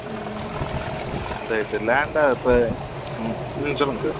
ம் இப்போ இது லேண்டா இப்போ ம் ம் சொல்லுங்கள் சார்